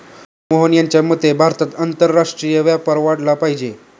मोहन यांच्या मते भारतात आंतरराष्ट्रीय व्यापार वाढला पाहिजे